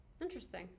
Interesting